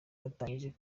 yatangiye